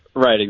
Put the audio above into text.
Right